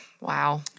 Wow